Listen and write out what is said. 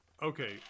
Okay